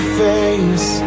face